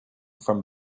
from